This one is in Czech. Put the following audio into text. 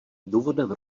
důvodem